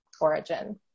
origin